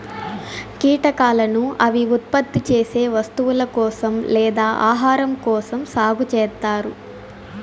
కీటకాలను అవి ఉత్పత్తి చేసే వస్తువుల కోసం లేదా ఆహారం కోసం సాగు చేత్తారు